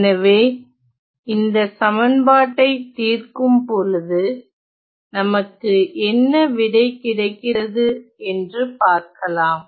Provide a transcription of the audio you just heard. எனவே இந்த சமன்பாட்டை தீர்க்கும்பொழுது நமக்கு என்ன விடை கிடைக்கிறது என்று பார்க்கலாம்